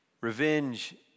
Revenge